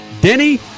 Denny